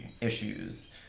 issues